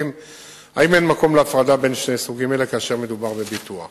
להסדרת קרון שבו ייאסר הדיבור בטלפון